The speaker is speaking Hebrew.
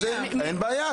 אין בעיה.